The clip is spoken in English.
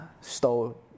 Stole